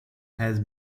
has